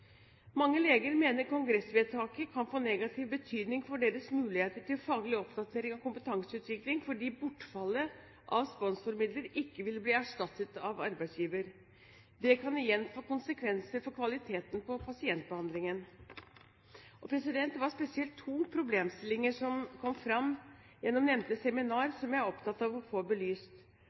Mange leger mener kongressvedtaket kan få negativ betydning for deres muligheter til faglig oppdatering og kompetanseutvikling, fordi bortfallet av sponsormidler ikke vil bli erstattet av arbeidsgiver. Det kan igjen få konsekvenser for kvaliteten på pasientbehandlingen. Det var spesielt to problemstillinger som kom fram på nevnte seminar, som jeg er opptatt av å få belyst.